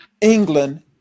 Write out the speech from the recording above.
England